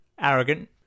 Arrogant